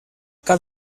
cal